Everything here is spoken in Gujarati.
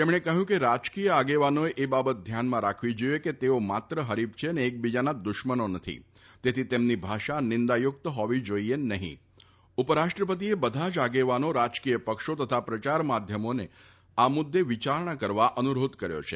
તેમણે કહ્યું કે રાજકીય આગેવાનોએ એ બાબત ધ્યાનમાં રાખવી જાઈએ કે તેઓ માત્ર ફરીફ છે અને એકબીજાના દુશ્મનો નથી તેથી તેમની ભાષા નીંદાયુક્ત ફોવી જાઈએ નફીં ઉપરાષ્ટ્રપતિએ બધા જ આગેવાનો રાજકીય પક્ષો તથા પ્રચાર માધ્યમોને આ મુદ્દે વિચારણા કરવા અનુરોધ કર્યો છે